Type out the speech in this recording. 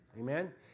Amen